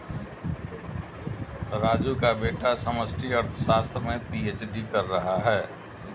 राजू का बेटा समष्टि अर्थशास्त्र में पी.एच.डी कर रहा है